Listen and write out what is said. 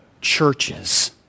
churches